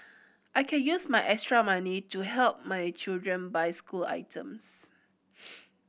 I can use my extra money to help my children buy school items